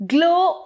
Glow